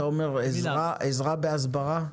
אתה אומר עזרה בהסברה?